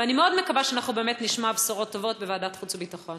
ואני מאוד מקווה שבאמת נשמע בשורות טובות בוועדת החוץ והביטחון.